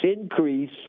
increase